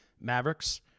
Mavericks